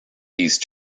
these